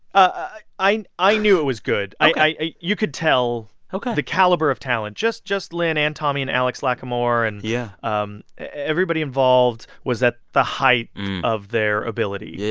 ah i i knew it was good. i you could tell the caliber of talent. just just lin, and tommy, and alex lacamoire and yeah um everybody involved was at the height of their ability,